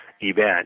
event